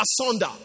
asunder